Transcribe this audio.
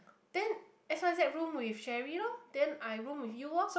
then S_Y_Z room with Cherry loh then I room with you loh